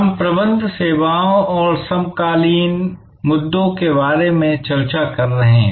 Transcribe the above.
हम प्रबंध सेवाओं और समकालीन मुद्दों के बारे में चर्चा कर रहे हैं